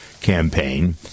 campaign